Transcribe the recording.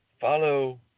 follow